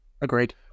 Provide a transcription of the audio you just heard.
Agreed